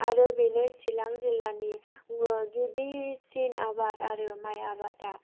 आरो बेनो चिरां जिल्लानि गिबिसिन आबाद आरो माइ आबादा